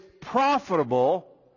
profitable